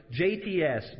JTS